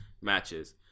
matches